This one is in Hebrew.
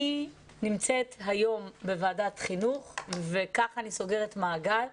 אני נמצאת היום בוועדת חינוך וכך אני סוגרת מעגל,